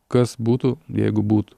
kas būtų jeigu būtų